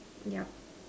yup